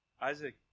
Isaac